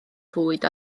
fwyd